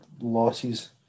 losses